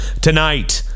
Tonight